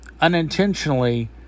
unintentionally